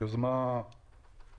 מפגש של רוכב לא מיומן,